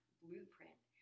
blueprint